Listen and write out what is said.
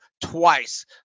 twice